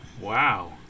wow